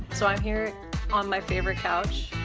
so i'm here on my favorite couch,